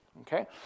okay